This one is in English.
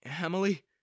Emily